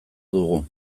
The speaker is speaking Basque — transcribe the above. dugu